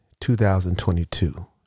2022